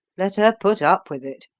let her put up with it!